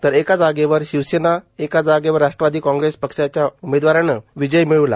तर एका जागेवर शिवसेना एका जागेवर राश्ट्रवादी काँग्रेसच्या उमेदवारानं विजय मिळवला